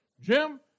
Jim